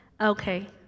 Okay